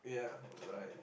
yeah alright